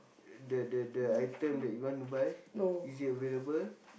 the the the item that you want to buy is it available